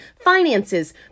finances